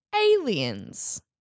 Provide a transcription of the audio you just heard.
Aliens